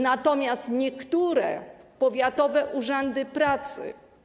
Natomiast niektóre powiatowe urzędy pracy.